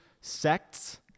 sects